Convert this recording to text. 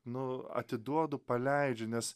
nu atiduodu paleidžiu nes